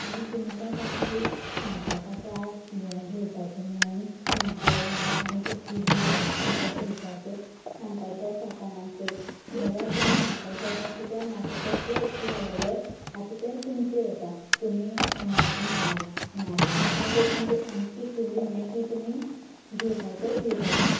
आनी तुमकां कोणाक सांगपाक आसा ये घेवपाचे म्हणन झुमके जावं आनी कितें इयरिंगस तुमकां घेवपाची जावं सांगपाचे आसा कोणाक तरी जाल्यार तुमी सांगपाक शकता कित्याक म्हाका तर तें इतले आवडले आता तें तुमचेर आसा तुमी म्हा म्हागे कडच्यान तुमकां सामकें फुल्ल हे की तुमी घेवपाचेच घेवपाचे